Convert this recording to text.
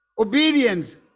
obedience